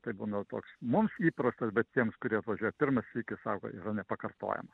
tai būna toks mums įprastas bet tiems kurie atvažiuoja pirmą sykį sako yra nepakartojama